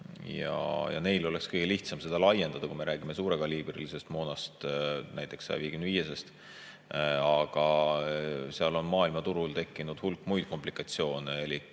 Neil oleks kõige lihtsam seda laiendada, kui me räägime suurekaliibrilisest moonast, näiteks 155‑sest. Aga seal on maailmaturul tekkinud hulk muid komplikatsioone,